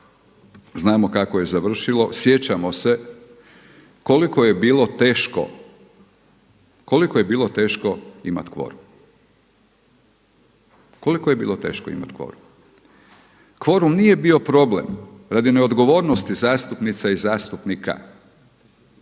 znamo kako je završilo, sjećamo se koliko je bilo teško imati kvorum. Kvorum nije bio problem radi neodgovornosti zastupnica i zastupnika,